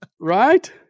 Right